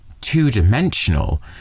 two-dimensional